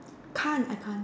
can't I can't